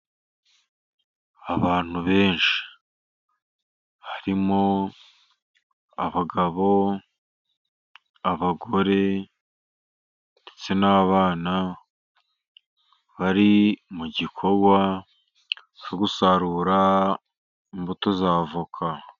Abantu benshi harimo abagabo, abagore, ndetse n'abana, bari mu gikorwa cyo gusarura imbuto za avoka.